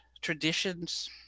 traditions